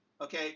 okay